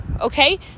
okay